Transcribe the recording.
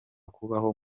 kubaho